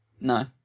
No